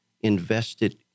invested